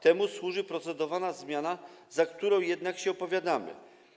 Temu służy procedowana zmiana, za którą jednak się opowiadamy.